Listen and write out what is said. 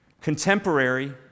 contemporary